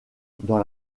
dans